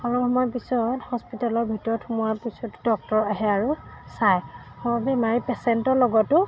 অলপ সময় পিছত হস্পিটেলৰ ভিতৰত সোমোৱাৰ পিছত ডক্টৰ আহে আৰু চায় আৰু বেমাৰী পেচেণ্টৰ লগতো